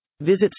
Visit